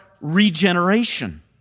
regeneration